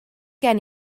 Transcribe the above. gen